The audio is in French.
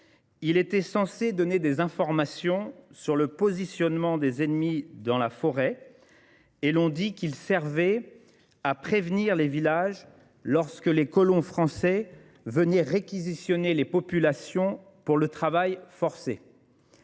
Il était censé donner des informations sur le positionnement des ennemis dans la forêt et l'on dit qu'il servait à prévenir les villages lorsque les colons français venaient réquisitionner les populations pour le travail forcé.